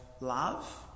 love